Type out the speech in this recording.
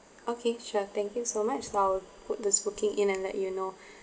okay sure thank you so much I'll put this booking in and let you know